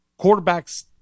quarterbacks